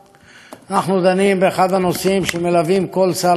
אנחנו דנים באחד הנושאים שמלווים כל שר להגנת הסביבה.